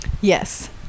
yes